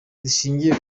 zishingiye